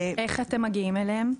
איך אתם מגיעים אליהם?